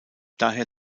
daher